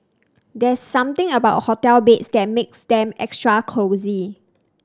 there's something about hotel beds that makes them extra cosy